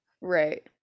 Right